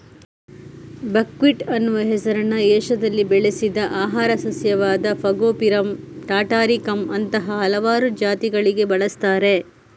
buckwheat ಅನ್ನುವ ಹೆಸರನ್ನ ಏಷ್ಯಾದಲ್ಲಿ ಬೆಳೆಸಿದ ಆಹಾರ ಸಸ್ಯವಾದ ಫಾಗೋಪಿರಮ್ ಟಾಟಾರಿಕಮ್ ಅಂತಹ ಹಲವಾರು ಜಾತಿಗಳಿಗೆ ಬಳಸ್ತಾರೆ